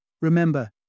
Remember